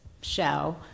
show